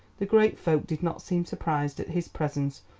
the great folk did not seem surprised at his presence,